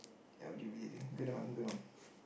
ya L_G_B_T thing O K nevermind moving on